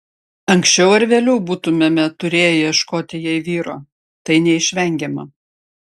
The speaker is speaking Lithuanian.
anksčiau ar vėliau būtumėme turėję ieškoti jai vyro tai neišvengiama